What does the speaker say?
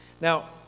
Now